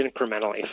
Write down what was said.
incrementally